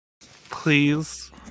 Please